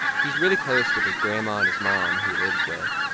he's really close with his grandma and his mom, who he lives with.